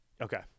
Okay